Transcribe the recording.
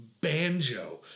banjo